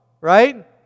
right